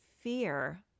fear